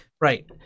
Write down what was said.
right